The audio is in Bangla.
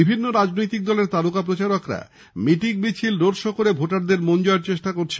বিভিন্ন রাজনৈতিক দলের তারকা প্রচারকরা মিটিং মিছিল রোডশো করে ভোটারদের মন জয়ের চেষ্টা করেছেন